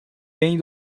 bem